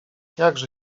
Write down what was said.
jakże